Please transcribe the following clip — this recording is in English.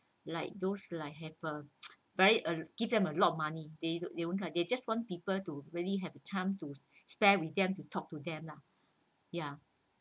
like those like have a very uh give them a lot of money they they won't like that they just want people to really have the time to spend with them to talk to them lah ya